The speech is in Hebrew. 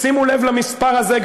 שימו לב למספר הזה,